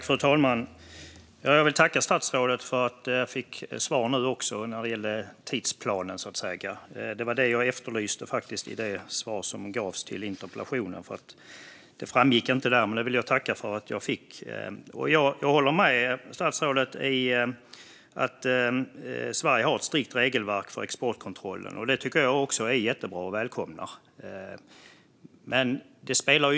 Fru talman! Jag tackar statsrådet för svaret jag nu fick om tidsplanen. Jag efterlyste just det eftersom det inte framgick av interpellationssvaret. Jag håller med statsrådet om att Sverige har ett strikt regelverk för exportkontroll, och det välkomnar jag.